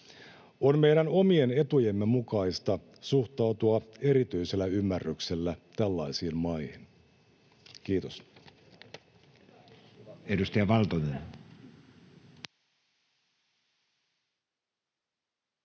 On meidän omien etujemme mukaista suhtautua erityisellä ymmärryksellä tällaisiin maihin. — Kiitos.